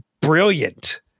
brilliant